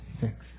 Six